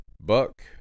Buck